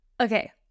Okay